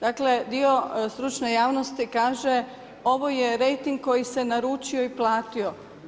Dakle dio stručne javnosti kaže ovo je rejting koji se naručio i platio.